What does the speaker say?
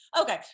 Okay